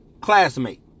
classmate